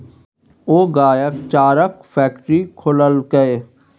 ओ गायक चाराक फैकटरी खोललकै